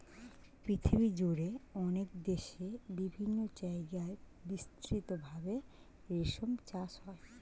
পৃথিবীজুড়ে অনেক দেশে বিভিন্ন জায়গায় বিস্তৃত ভাবে রেশম চাষ হয়